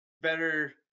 Better